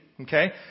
Okay